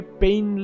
pain